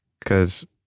cause